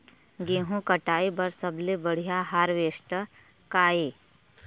गेहूं कटाई बर सबले बढ़िया हारवेस्टर का ये?